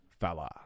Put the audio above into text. fella